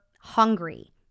hungry